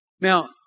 Now